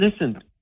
listen